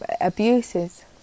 abuses